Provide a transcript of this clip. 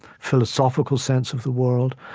philosophical sense of the world.